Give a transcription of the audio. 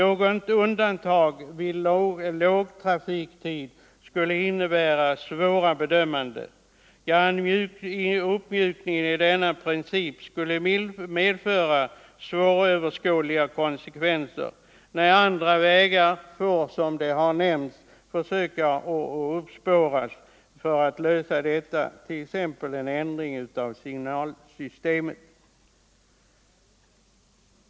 Undantag i lågtrafiktid skulle medföra svåra bedömanden, och en uppmjukning av den nuvarande regeln skulle kunna få svåröverskådliga konsekvenser. Andra vägar måste i stället prövas, t.ex. en ändring av signalsystemet.